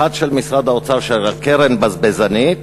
אחת של משרד האוצר שהקרן בזבזנית,